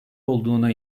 olduğuna